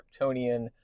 Kryptonian